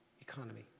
economy